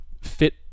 fit